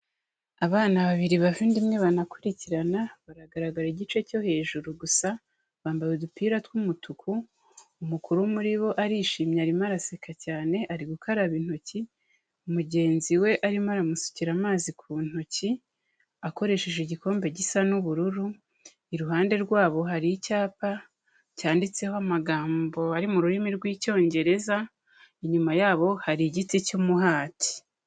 Abana babiri bava inda imwe banakurikirana baragaragara igice cyo hejuru gusa bambaye udupira tw'umutuku, umukuru muri bo arishimye arimo araseka cyane ari gukaraba intoki mugenzi we arimo aramusukira amazi ku ntoki akoresheje igikombe gisa n'ubururu, iruhande rwabo hari icyapa cyanditseho amagambo ari mu rurimi rw'icyongereza, inyuma yabo hari igiti cy'umuhati.